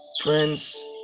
Friends